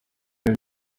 bihe